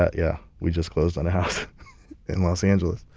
ah yeah, we just closed on a house in los angeles.